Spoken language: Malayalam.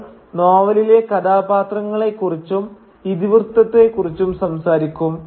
നമ്മൾ നോവലിലെ കഥാപാത്രങ്ങളെ കുറിച്ചും ഇതിവൃത്തത്തെ കുറിച്ചും സംസാരിക്കും